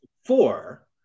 Four